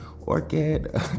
Orchid